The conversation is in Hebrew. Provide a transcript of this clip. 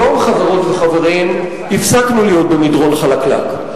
היום, חברות וחברים, הפסקנו להיות במדרון חלקלק.